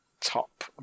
top